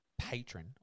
patron